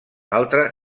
altra